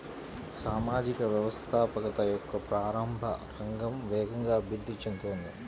సామాజిక వ్యవస్థాపకత యొక్క ప్రారంభ రంగం వేగంగా అభివృద్ధి చెందుతోంది